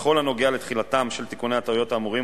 בכל הנוגע לתחילתם של תיקוני הטעויות האמורים,